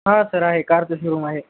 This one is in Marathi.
हा सर आहे कारचं शोरूम आहे